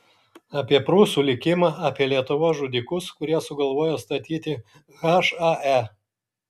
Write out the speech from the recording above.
apie prūsų likimą apie lietuvos žudikus kurie sugalvojo statyti hae